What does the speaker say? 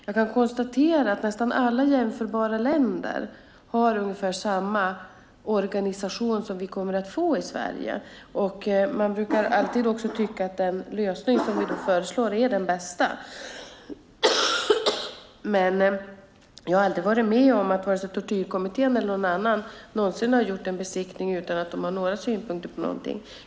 Jag kan konstatera att nästan alla jämförbara länder har ungefär samma organisation som vi kommer att få i Sverige. Man brukar också alltid tycka att den lösning som vi föreslår är den bästa. Jag har inte varit med om att vare sig tortyrkommittén eller någon annan någonsin har gjort en besiktning utan att de har några synpunkter på någonting.